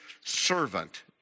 servant